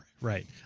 Right